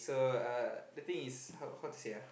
so uh the thing is how how to say ah